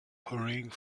hurrying